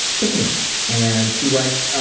tiffany and she writes,